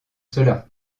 cela